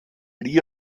lieh